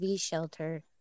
shelter